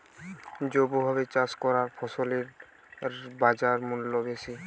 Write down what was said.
জৈবভাবে চাষ করা ফসলের বাজারমূল্য বেশি